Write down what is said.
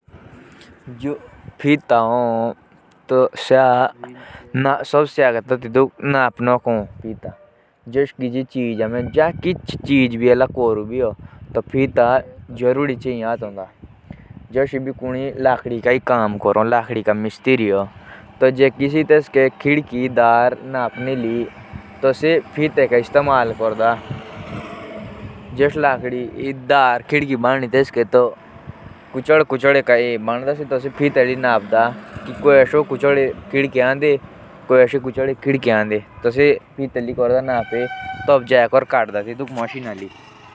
जो फीता हो तेतका कम नपनोक हौं। जेतु लिया आमे कोतुही चीजा के दूरै नापु या छोड़ै नापु।